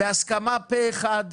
בהסכמה פה אחד,